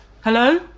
Hello